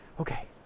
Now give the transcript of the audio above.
Okay